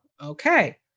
okay